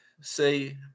say